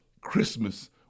Christmas